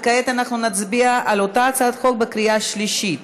וכעת אנחנו נצביע על אותה הצעת חוק בקריאה שלישית.